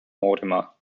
mortimer